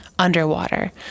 underwater